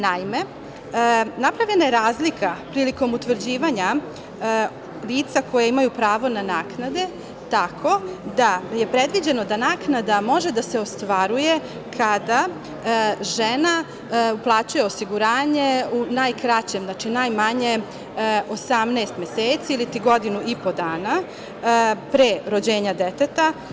Naime, napravljena je razlika prilikom utvrđivanja lica koje ima pravo na naknade, Predviđeno je da naknada može da se ostvaruje kada žena uplaćuje osiguranje u najkraćem, znači najmanje, 18 meseci iliti godinu i po dana pre rođenja deteta.